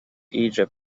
egypt